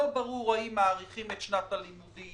לא ברור האם מאריכים את שנת הלימודים?